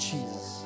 Jesus